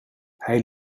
hij